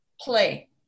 play